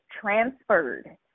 transferred